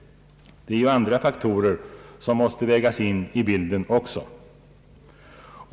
Det är ju andra faktorer som måste vägas in i bilden också.